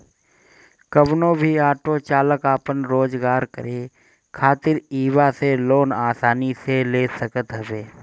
कवनो भी ऑटो चालाक आपन रोजगार करे खातिर इहवा से लोन आसानी से ले सकत हवे